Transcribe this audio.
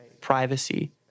privacy